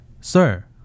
Sir